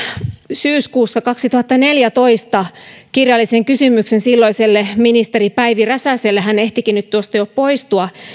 syyskuussa kaksituhattaneljätoista kirjallisen kysymyksen silloiselle ministeri päivi räsäselle hän ehtikin nyt tuosta jo poistua